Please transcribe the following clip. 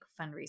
fundraising